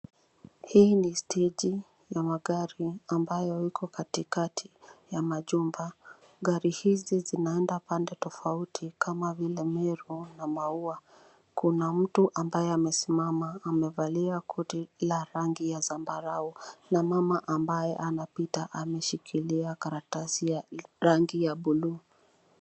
Hii ni steji ya magari ambayo iko katikati ya majumba. Gari hizi zinaenda pande tofauti kama vile meru na maua. Kuna mtu ambaye amesimama na amevalia koti la rangi ya zambarau na mama ambaye anapita ameshikilia karatasi ya rangi ya bluu.